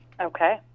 Okay